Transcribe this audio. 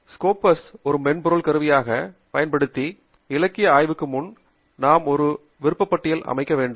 ஸ்கோபஸ்ஸை ஒரு மென்பொருள் கருவியாகப் பயன்படுத்தி இலக்கிய ஆய்வுக்கு முன் நாம் ஒரு விருப்ப பட்டியல் அமைக்க வேண்டும்